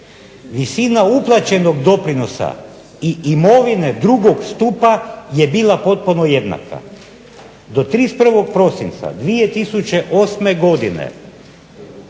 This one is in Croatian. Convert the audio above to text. visina uplaćenog doprinosa i imovine drugog stupa je bila potpuno jednaka. Do 31. prosinca 2008. godine